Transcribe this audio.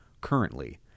currently